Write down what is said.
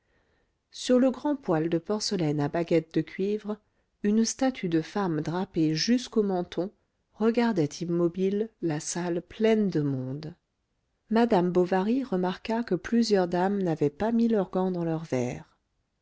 sur le grand poêle de porcelaine à baguette de cuivre une statue de femme drapée jusqu'au menton regardait immobile la salle pleine de monde madame bovary remarqua que plusieurs dames n'avaient pas mis leurs gants dans leur verre